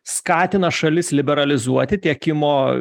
skatina šalis liberalizuoti tiekimo